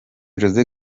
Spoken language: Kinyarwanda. jose